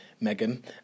Megan